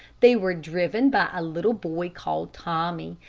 they were driven by a little boy called tommy,